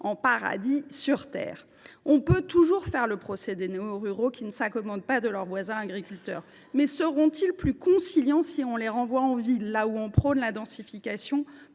en paradis sur terre. On aura beau faire le procès des néoruraux qui ne s’accommodent pas de leurs voisins agriculteurs, seront ils plus conciliants si on les renvoie en ville, là où l’on prône la densification